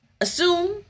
assume